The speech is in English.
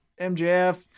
mjf